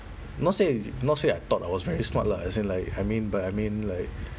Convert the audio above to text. not say i~ not say I thought I was very smart lah as in like I mean but I mean like